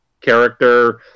character